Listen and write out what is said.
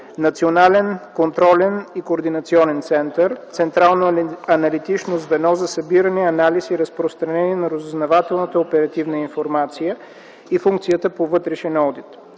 Национален контролен и координационен център, Централно аналитично звено за събиране, анализ и разпространение на разузнавателната оперативна информация и функцията по вътрешен одит.